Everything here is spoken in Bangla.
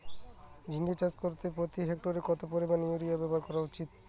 ঝিঙে চাষ করতে প্রতি হেক্টরে কত পরিমান ইউরিয়া ব্যবহার করা উচিৎ?